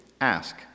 ask